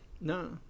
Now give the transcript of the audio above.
No